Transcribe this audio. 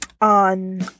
on